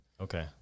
Okay